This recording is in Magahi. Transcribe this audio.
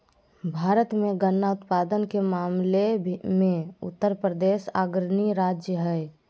भारत मे गन्ना उत्पादन के मामले मे उत्तरप्रदेश अग्रणी राज्य हय